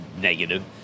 negative